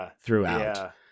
throughout